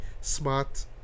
smart